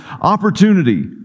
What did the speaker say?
opportunity